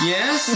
Yes